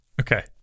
Okay